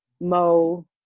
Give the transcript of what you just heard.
Mo